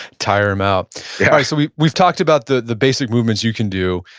tire them out yeah so we've we've talked about the the basic movements you can do.